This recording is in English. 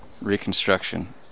reconstruction